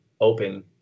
open